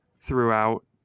throughout